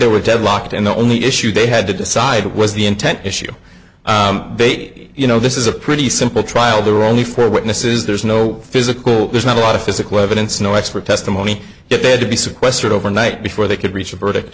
they were deadlocked and the only issue they had to decide was the intent issue date you know this is a pretty simple trial there are only four witnesses there's no physical there's not a lot of physical evidence no expert testimony that they had to be sequestered overnight before they could reach a verdict